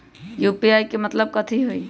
UPI के मतलब कथी होई?